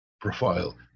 profile